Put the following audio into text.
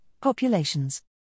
populations